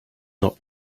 not